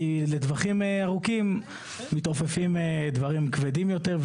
כי זה טווחים ארוכים מתעופפים דברים כבדים יותר,